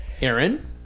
Aaron